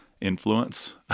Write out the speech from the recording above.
influence